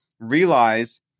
Realize